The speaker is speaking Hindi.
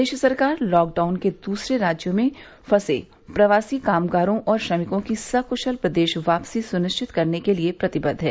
प्रदेश सरकार लॉकडाउन के कारण दूसरे राज्यों में फंसे प्रवासी कामगारों और श्रमिकों की सक्शल प्रदेश वापसी सुनिश्चित करने के लिए प्रतिबद्ध है